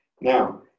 Now